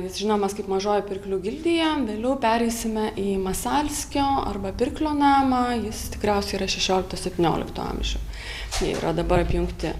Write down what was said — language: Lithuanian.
jis žinomas kaip mažoji pirklių gildija vėliau pereisime į masalskio arba pirklio namą jis tikriausiai yra šešiolikto septyniolikto amžių jie yra dabar apjungti